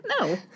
No